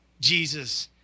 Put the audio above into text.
Jesus